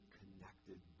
connected